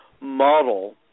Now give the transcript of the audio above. model